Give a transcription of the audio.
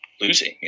losing